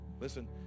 listen